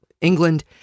England